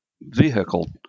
vehicle